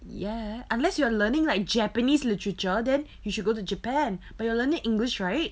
ya unless you are learning like japanese literature then you should go to japan but you're learning english right